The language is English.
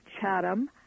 Chatham